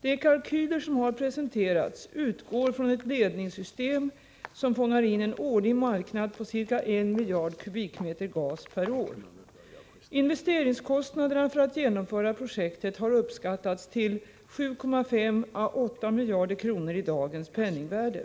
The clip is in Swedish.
De kalkyler som har presenterats utgår från ett ledningssystem som fångar in en årlig marknad på ca 1 miljard m? gas per år. Investeringskostnaderna för att genomföra projektet har uppskattats till 7,5 å 8 miljarder kronor i dagens penningvärde.